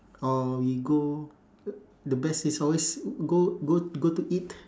or we go o~ the best is always go go go to eat